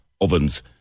Ovens